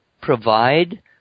provide